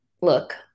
look